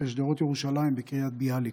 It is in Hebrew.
בשדרות ירושלים בקריית ביאליק.